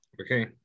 Okay